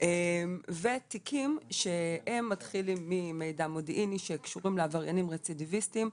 ותיקים שהם מתחילים ממידע מודיעיני שקשורים לעבריינים רצידיוויסטים,